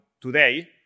today